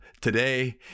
today